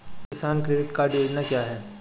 किसान credit card योजना क्या है?